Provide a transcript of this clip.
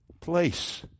place